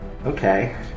Okay